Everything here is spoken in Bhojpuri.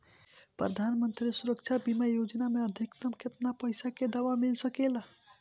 प्रधानमंत्री सुरक्षा बीमा योजना मे अधिक्तम केतना पइसा के दवा मिल सके ला?